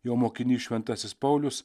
jo mokinys šventasis paulius